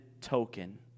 token